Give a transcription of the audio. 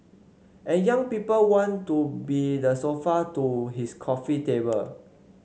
and young people want to be the sofa to his coffee table